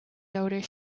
daughter